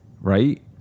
Right